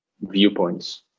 viewpoints